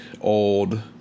old